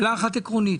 עקרונית